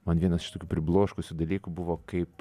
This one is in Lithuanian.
man vienas iš tokių pribloškusių dalykų buvo kaip